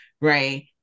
right